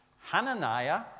Hananiah